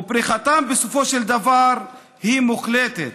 ופריחתם בסופו של דבר היא מוחלטת.